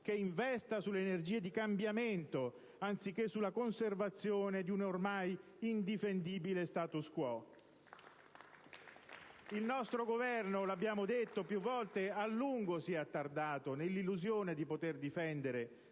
che investa sulle energie di cambiamento anziché sulla conservazione di un ormai indifendibile *status quo.* *(Applausi dal Gruppo PD)*. Il nostro Governo, lo abbiamo detto più volte, a lungo si è attardato nell'illusione di poter difendere